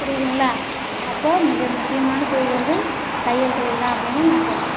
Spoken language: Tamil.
புரியுதுங்களா அப்போ மிக முக்கியமான தொழில் வந்து தையல் தொழில் தான் அப்படின்னு நான் சொல்லுறேன்